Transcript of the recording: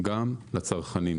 גם לצרכנים.